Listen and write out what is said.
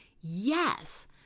Yes